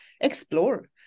explore